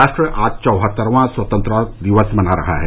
राष्ट्र आज चौहत्तरवां स्वतंत्रता दिवस मना रहा है